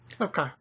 Okay